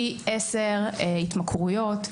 פי עשר התמכרויות.